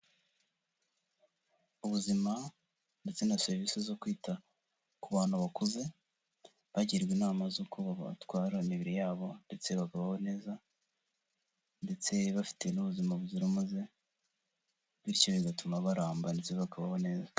Ubuzima ndetse na serivisi zo kwita ku bantu bakuze, bagirwa inama z'uko babatwara imibiri yabo ndetse bakabaho neza, ndetse bafite n'ubuzima buzira umuze, bityo bigatuma baramba ndetse bakabaho neza.